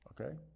Okay